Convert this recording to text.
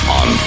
on